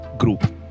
group